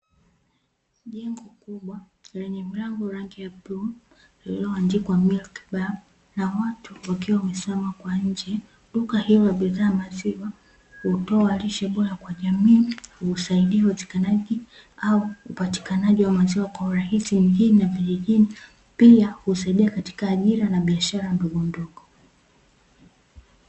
Jengo kubwa lenye mlango rangi ya bluu, lililoandikwa milki baa na watu wakiwa wamesimama kwa nje. Duka hilo la bidhaa ya maziwa kutoa lishe bora kwa jamii kusaidia upatikanaji au upatikanaji wa maziwa kwa urahisi mijini na vijijini, pia husaidia kutoa ajira na biashara ndogondogo.